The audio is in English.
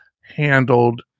handled